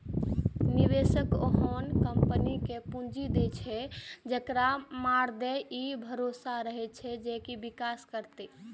निवेशक ओहने कंपनी कें पूंजी दै छै, जेकरा मादे ई भरोसा रहै छै जे विकास करतै